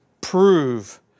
prove